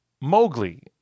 Mowgli